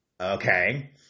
Okay